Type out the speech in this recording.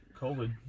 COVID